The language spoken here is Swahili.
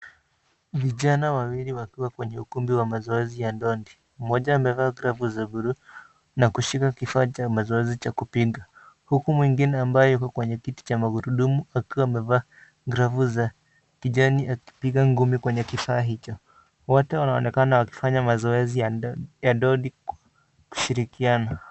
Vijana wawili wakiwa kwenye ukumbi wa mazoezi ya ndondi, mmoja amevaa glavu za buluu, na kushika kifaa cha mazoezi cha kupiga. Huku mwingine ambaye yuko kwenye kiti cha magurudumu, akiwa amevaa glavu za kijani akipiga ngumi kwenye kifaa hicho. Wote wanaonekana wakifanya mazoezi ya ndondi kushirikiana.